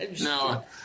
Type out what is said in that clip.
No